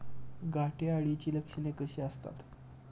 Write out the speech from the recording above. घाटे अळीची लक्षणे कशी असतात?